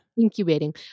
Incubating